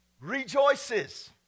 rejoices